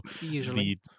Usually